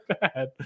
bad